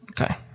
Okay